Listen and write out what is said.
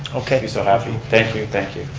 okay. be so happy. thank you, thank you.